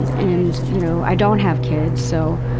and and you know, i don't have kids so.